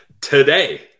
today